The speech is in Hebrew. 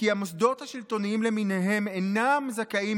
וכי המוסדות השלטוניים למיניהם אינם זכאים